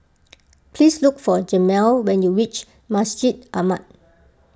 please look for Jamil when you reach Masjid Ahmad